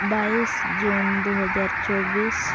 ᱵᱟᱭᱤᱥ ᱡᱩᱱ ᱫᱩ ᱦᱟᱡᱟᱨ ᱪᱚᱵᱵᱤᱥ